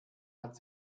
hat